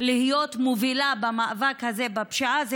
להיות מובילה במאבק הזה בפשיעה.